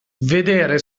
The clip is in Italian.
vedere